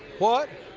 what?